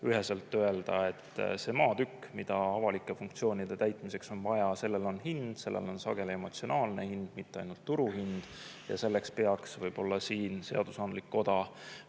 üheselt öelda, et sellel maatükil, mida avalike funktsioonide täitmiseks on vaja, on hind ja sellel on sageli emotsionaalne hind, mitte ainult turuhind. Selleks peaks seadusandlik koda